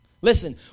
Listen